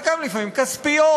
חלקן לפעמים כספיות,